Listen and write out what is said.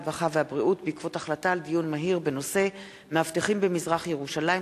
הרווחה והבריאות בעקבות דיון מהיר בנושא: מאבטחים במזרח-ירושלים,